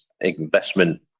investment